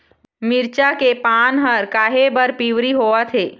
मिरचा के पान हर काहे बर पिवरी होवथे?